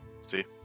See